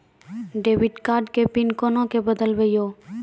Debit card के PIN कोना के बदलबै यो?